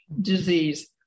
disease